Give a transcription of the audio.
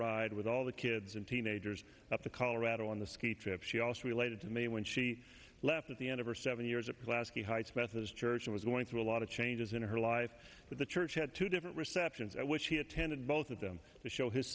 ride with all the kids and teenagers up to colorado on the ski trip she also related to me when she left at the end of her seven years a placekicker heights methodist church and was going through a lot of changes in her life with the church had two different receptions at which he attended both of them to show his